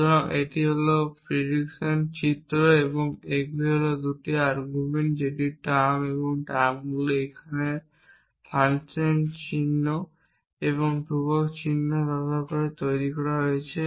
সুতরাং এটি হল predicate চিহ্ন এবং এইগুলি হল 2 টি আর্গুমেন্ট যেটি টার্ম এবং টার্মগুলি এখানে ফাংশন চিহ্ন এবং ধ্রুবক চিহ্ন ব্যবহার করে তৈরি করা হয়েছে